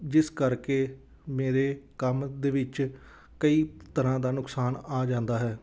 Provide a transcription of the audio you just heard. ਜਿਸ ਕਰਕੇ ਮੇਰੇ ਕੰਮ ਦੇ ਵਿੱਚ ਕਈ ਤਰ੍ਹਾਂ ਦਾ ਨੁਕਸਾਨ ਆ ਜਾਂਦਾ ਹੈ